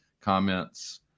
comments